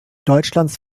deutschlands